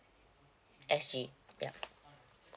S G yup